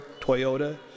Toyota